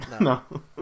No